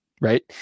Right